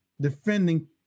defending